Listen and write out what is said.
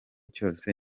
cyose